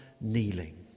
kneeling